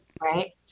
Right